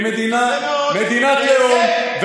היא מדינת לאום.